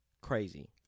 crazy